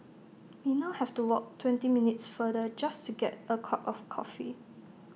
we now have to walk twenty minutes further just to get A cup of coffee